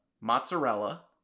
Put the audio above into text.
mozzarella